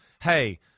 hey